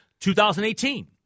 2018